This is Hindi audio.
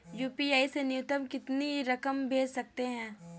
यू.पी.आई से न्यूनतम कितनी रकम भेज सकते हैं?